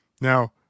Now